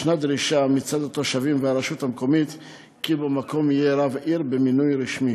יש דרישה מצד התושבים והרשות המקומית כי במקום יהיה רב עיר במינוי רשמי.